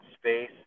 space